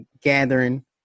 gathering